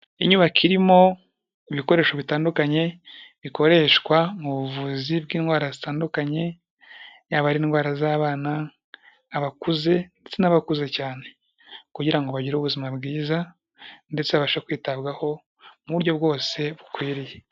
Inyubako irimo ibikoresho bitandukanye bikoreshwa mu buvuzi bw'indwara zitandukanye, yaba ari indwara z'abana, abakuze ndetse n'abakuze cyane kugira ngo bagire ubuzima bwiza ndetse babashe kwitabwaho mu buryo bwose bukwiriye.